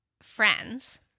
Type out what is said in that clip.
Friends